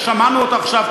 ושמענו אותו עכשיו,